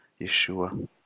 Yeshua